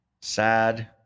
Sad